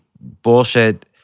bullshit